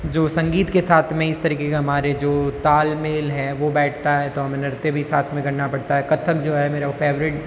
जो संगीत के साथ में इस तरीक़े के हमारे जो तालमेल है वो बैठता है तो हमें नृत्य भी साथ में करना पड़ता है कथक जो है मेरा फेवरेट